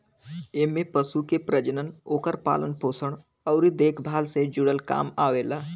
एमे पशु के प्रजनन, ओकर पालन पोषण अउरी देखभाल से जुड़ल काम आवेला